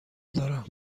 دارم